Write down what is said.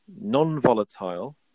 non-volatile